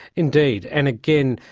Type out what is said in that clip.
indeed. and again,